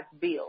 bill